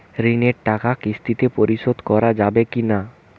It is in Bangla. ঋণের টাকা কিস্তিতে পরিশোধ করা যাবে কি না?